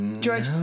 George